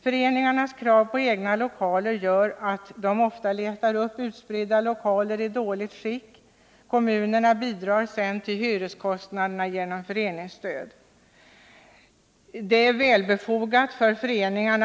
Föreningarnas krav på att få egna lokaler gör att de ofta letar upp utspridda lokaler i dåligt skick. Kommunerna bidrar sedan till hyreskostnaderna genom föreningsstöd.